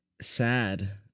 sad